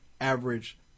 average